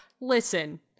listen